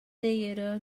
theater